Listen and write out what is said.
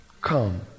come